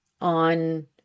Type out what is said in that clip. on